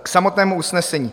K samotnému usnesení.